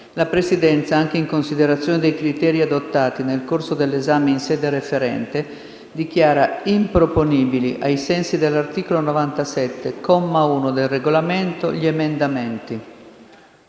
la Presidenza, anche in considerazione dei criteri adottati nel corso dell'esame in sede referente, dichiara improponibili, ai sensi dell'articolo 97, comma 1, del Regolamento, gli emendamenti: